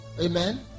amen